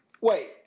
Wait